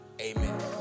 Amen